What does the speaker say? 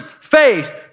faith